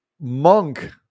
Monk